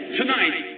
tonight